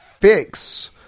fix